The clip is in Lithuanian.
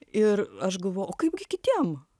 ir aš galvojau o kaipgi kitiem